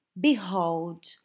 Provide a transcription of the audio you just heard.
behold